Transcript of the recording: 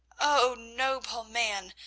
oh, noble man,